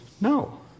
No